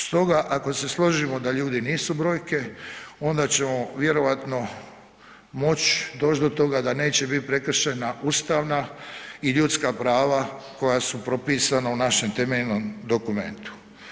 Stoga ako se složimo da ljudi nisu brojke onda ćemo vjerojatno moći doći do toga da neće biti prekršena ustavna i ljudska prava koja su propisana u našem temeljnom dokumentu.